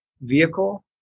vehicle